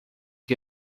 que